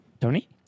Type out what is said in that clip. Tony